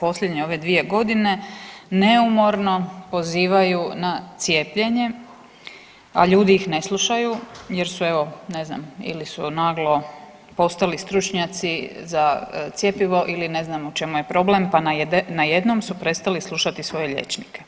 posljednje ove 2.g., neumorno pozivaju na cijepljenje, a ljudi ih ne slušaju jer su evo ne znam ili su naglo postali stručnjaci za cjepivo ili ne znam u čemu je problem, pa najednom su prestali slušati svoje liječnike.